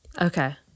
Okay